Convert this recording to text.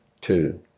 Two